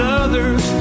others